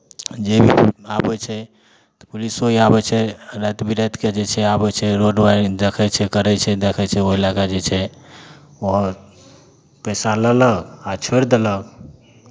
जे आबै छै तऽ पुलिसो आबै छै राति बिरातिकेँ जे छै आबै छै रोडो आइ देखै छै करै छै देखै छै ओहि लऽ कऽ जे छै आओर पैसा लेलक आ छोड़ि देलक